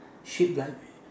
shaped like